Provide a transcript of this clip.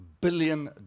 billion